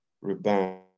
rebound